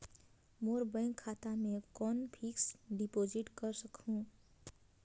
मोर bank खाता मे कौन फिक्स्ड डिपॉजिट कर सकहुं?